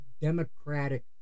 democratic